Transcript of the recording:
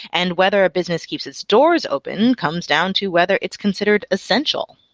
and whether a business keeps its doors open comes down to whether it's considered essential.